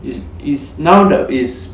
is is now that is